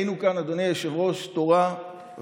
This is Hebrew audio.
ראינו כאן, אדוני היושב-ראש, תורה ועבודה.